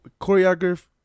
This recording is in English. choreograph